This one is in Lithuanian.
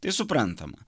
tai suprantama